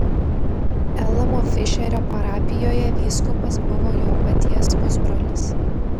elamo fišerio parapijoje vyskupas buvo jo paties pusbrolis